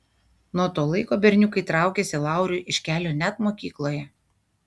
nuo to laiko berniukai traukėsi lauriui iš kelio net mokykloje